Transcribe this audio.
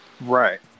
Right